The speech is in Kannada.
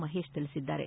ಮಹೇಶ್ ತಿಳಿಸಿದ್ದಾರೆ